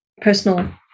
personal